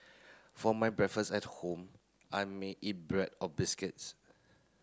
for my breakfast at home I may eat bread or biscuits